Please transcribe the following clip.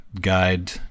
guide